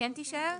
אז